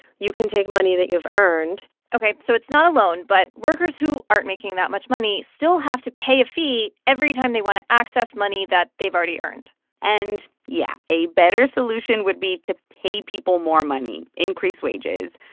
you can take money that you've earned ok. so it's not a loan, but workers who aren't making that much money still have to pay a fee every time they want to access money that they've already earned and yeah, a better solution would be to pay people more money, increase wages.